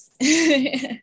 yes